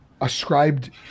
ascribed